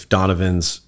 Donovan's